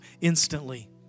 Instantly